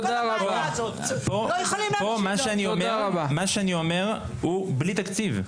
מה שאני אומר פה הוא בכלל בלי תקציב.